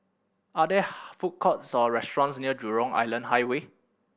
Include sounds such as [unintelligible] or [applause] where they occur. are there [unintelligible] food courts or restaurants near Jurong Island Highway